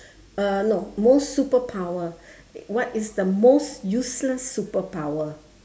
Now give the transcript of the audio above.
uh no most superpower what is the most useless superpower